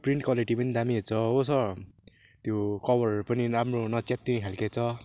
print quality पनि दामी छ हो सर त्यो कभरहरू पनि राम्रो नच्यातिने खालको छ